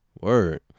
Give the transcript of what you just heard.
Word